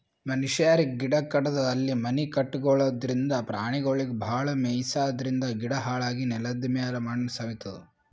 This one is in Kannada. ಮನಶ್ಯಾರ್ ಗಿಡ ಕಡದು ಅಲ್ಲಿ ಮನಿ ಕಟಗೊಳದ್ರಿಂದ, ಪ್ರಾಣಿಗೊಳಿಗ್ ಭಾಳ್ ಮೆಯ್ಸಾದ್ರಿನ್ದ ಗಿಡ ಹಾಳಾಗಿ ನೆಲದಮ್ಯಾಲ್ ಮಣ್ಣ್ ಸವಿತದ್